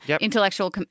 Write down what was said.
intellectual